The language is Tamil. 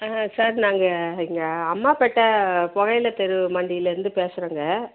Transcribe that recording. சார் நாங்கள் இங்கே அம்மாப்பேட்டை புகையிலத் தெரு மண்டிலிருந்து பேசுகிறோங்க